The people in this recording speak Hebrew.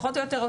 פחות או יותר,